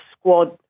squad